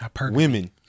women